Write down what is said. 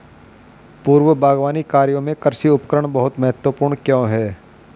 पूर्व बागवानी कार्यों में कृषि उपकरण बहुत महत्वपूर्ण क्यों है?